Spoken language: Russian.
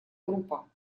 группа